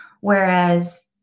Whereas